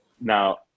now